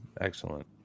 Excellent